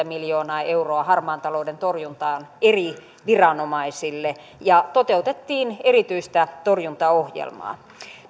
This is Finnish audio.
miljoonaa euroa harmaan talouden torjuntaan eri viranomaisille ja toteutettiin erityistä torjuntaohjelmaa